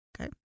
Okay